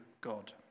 God